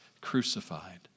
crucified